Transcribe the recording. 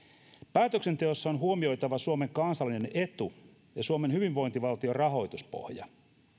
päätöksenteossa on huomioitava suomen kansallinen etu ja suomen hyvinvointivaltion rahoituspohja